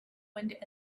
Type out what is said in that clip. wind